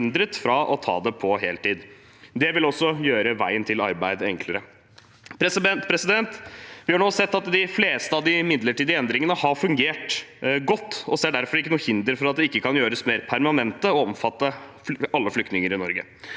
fra å ta det på heltid. Det vil også gjøre veien til arbeid enklere. Vi har nå sett at de fleste av de midlertidige endringene har fungert godt, og ser derfor ikke noe hinder for at de ikke kan gjøres mer permanente og omfatte alle flyktninger i Norge.